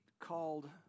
called